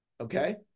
Okay